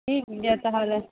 ᱴᱷᱤᱠ ᱜᱮᱭᱟ ᱛᱟᱦᱚᱞᱮ